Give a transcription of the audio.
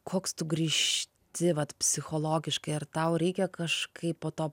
koks tu grįžti vat psichologiškai ar tau reikia kažkaip po to